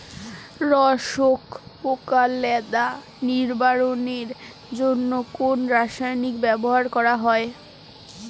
রস শোষক পোকা লেদা নিবারণের জন্য কোন রাসায়নিক ব্যবহার করা হয়?